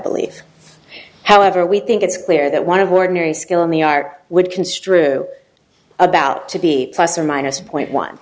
believe however we think it's clear that one of ordinary skill in the art would construe about to be plus or minus a point one